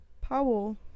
Powell